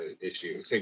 issue